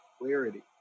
clarity